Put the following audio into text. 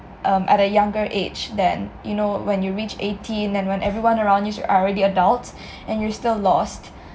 um at a younger age then you know when you reach eighteen and when everyone around you are already adults and you're still lost